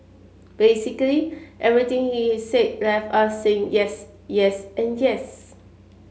basically everything he said left us saying yes yes and yes